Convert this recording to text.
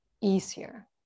easier